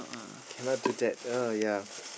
cannot do that oh ya